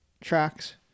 tracks